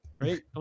right